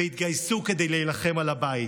והתגייסו כדי להילחם על הבית,